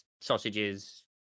sausages